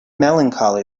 melancholy